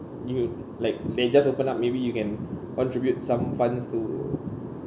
you like they just open up maybe you can contribute some funds to